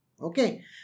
Okay